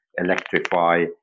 electrify